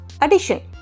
addition